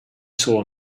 saw